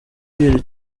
pierre